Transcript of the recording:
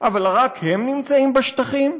אבל רק הם נמצאים בשטחים?